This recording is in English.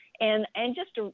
and and just, ah